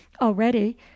already